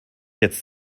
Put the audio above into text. jetzt